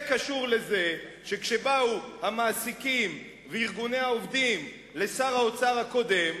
זה קשור לזה שכשבאו המעסיקים וארגוני העובדים לשר האוצר הקודם,